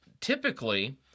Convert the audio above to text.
Typically